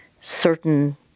certain